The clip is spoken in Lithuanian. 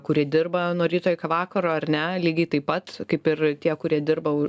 kuri dirba nuo ryto iki vakaro ar ne lygiai taip pat kaip ir tie kurie dirba